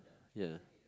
ya